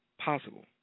Possible